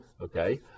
okay